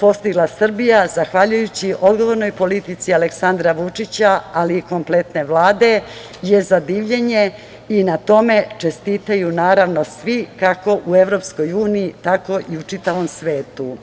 postigla Srbija zahvaljujući odgovornoj politici Aleksandra Vučića, ali i kompletne Vlade je za divljenje i na tome čestitaju svi, kako u EU, tako i u čitavom svetu.